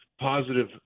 positive